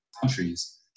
countries